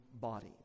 body